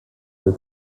the